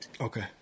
Okay